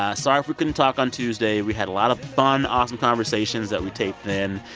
ah sorry if we couldn't talk on tuesday. we had a lot of fun, awesome conversations that we taped then.